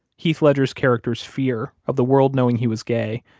heath ledger's character's fear of the world knowing he was gay,